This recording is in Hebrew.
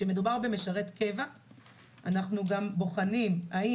כשמדובר במשרת קבע אנחנו בוחנים גם אם